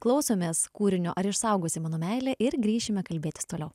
klausomės kūrinio ar išsaugosi mano meilę ir grįšime kalbėtis toliau